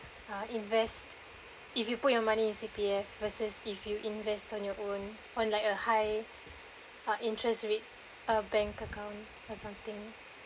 uh invest if you put your money in C_P_F versus if you invest on your own on like a high uh interest rate uh bank account or something